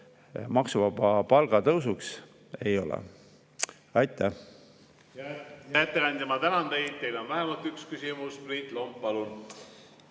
maksuvaba palga tõusuks, ei ole. Aitäh!